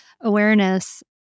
awareness